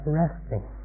resting